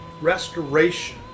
restoration